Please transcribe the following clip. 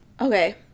okay